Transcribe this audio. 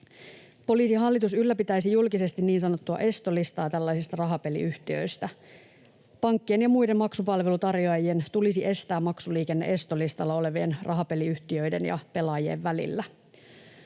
Poliisihallitus ylläpitäisi julkisesti niin sanottua estolistaa tällaisista rahapeliyhtiöistä. Pankkien ja muiden maksupalvelutarjoajien tulisi estää maksuliikenne estolistalla olevien rahapeliyhtiöiden ja pelaajien välillä.